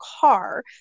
car